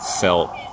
felt